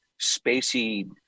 spacey